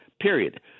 period